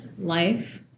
life